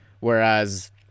Whereas